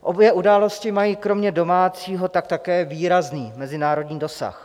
Obě události mají kromě domácího také výrazný mezinárodní dosah.